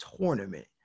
tournament